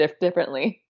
differently